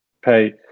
pay